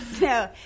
No